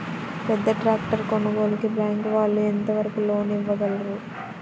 పెద్ద ట్రాక్టర్ కొనుగోలుకి బ్యాంకు వాళ్ళు ఎంత వరకు లోన్ ఇవ్వగలరు?